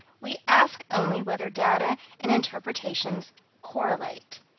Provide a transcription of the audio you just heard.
we ask only whether data and interpretations correlate.